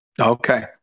Okay